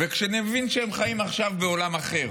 ואני מבין שהם חיים עכשיו בעולם אחר,